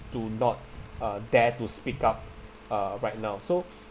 do not uh dare to speak up uh right now so